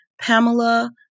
Pamela